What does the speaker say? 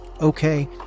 Okay